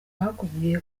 bakubwiye